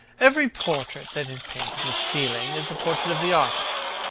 every portrait that is painted with feeling is a portrait of the artist,